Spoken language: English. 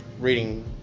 reading